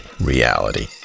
reality